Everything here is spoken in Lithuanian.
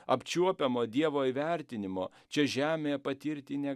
apčiuopiamo dievo įvertinimo čia žemėje patirti ne